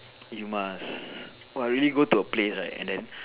you must !wow! really go to a place right and then